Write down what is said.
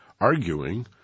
arguing